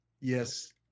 Yes